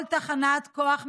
כל תחנת כוח מזהמת,